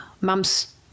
Mums